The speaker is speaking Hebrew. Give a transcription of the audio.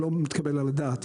לא מתקבל על הדעת,